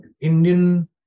Indian